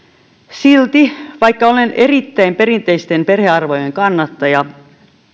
silti vaikka olen erittäin perinteisten perhearvojen kannattaja